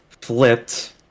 flipped